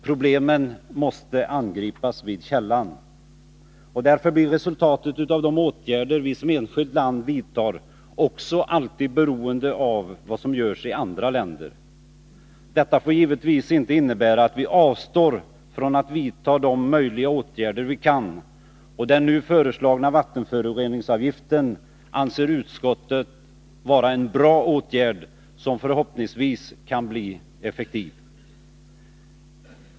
Problemen måste angripas vid källan. Därför blir resultatet av de åtgärder vi som enskilt land vidtar också alltid beroende av vad som görs i andra länder. Detta får givetvis inte innebära att vi avstår från att vidta de åtgärder som är möjliga att vidta, och den nu föreslagna vattenföroreningsavgiften anser utskottet vara en bra åtgärd som förhoppningsvis kan bli effektiv.